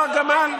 לא "הגמל",